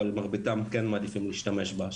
אבל מרביתם כן מעדיפים להשתמש בה,